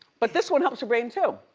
but this one helps your brain too.